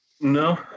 No